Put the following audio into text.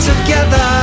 together